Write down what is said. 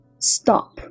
Stop